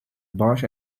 bush